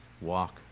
walk